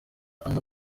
kugwa